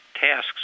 tasks